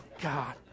God